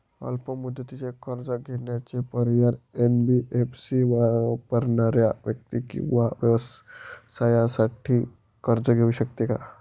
अल्प मुदतीचे कर्ज देण्याचे पर्याय, एन.बी.एफ.सी वापरणाऱ्या व्यक्ती किंवा व्यवसायांसाठी कर्ज घेऊ शकते का?